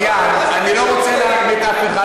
הוא ידאג עוד פעם לצנן אותו,